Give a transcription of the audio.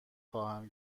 خواهم